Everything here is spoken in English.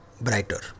brighter